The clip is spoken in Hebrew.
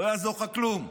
לא יעזור לך כלום.